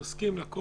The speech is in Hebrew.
אני מסכים לכול.